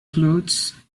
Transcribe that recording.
clothes